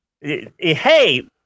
Hey